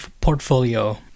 portfolio